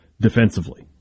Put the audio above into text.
defensively